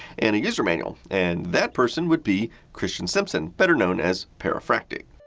and a user manual. and that person would be christian simpson, better known as perifractic.